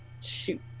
shoot